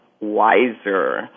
wiser